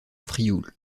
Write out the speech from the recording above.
frioul